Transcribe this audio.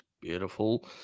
Beautiful